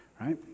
right